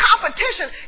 competition